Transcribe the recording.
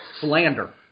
Slander